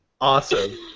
Awesome